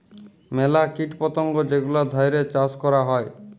ম্যালা কীট পতঙ্গ যেগলা ধ্যইরে চাষ ক্যরা হ্যয়